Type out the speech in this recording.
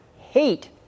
hate